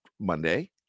Monday